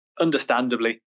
understandably